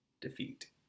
defeat